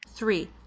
three